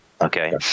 Okay